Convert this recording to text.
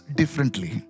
differently